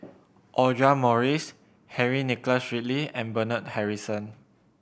Audra Morrice Henry Nicholas Ridley and Bernard Harrison